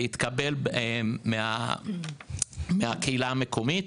והתקבל בקהילה המקומית,